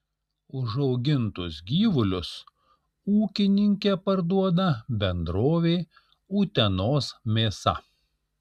užaugintus gyvulius ūkininkė parduoda bendrovei utenos mėsa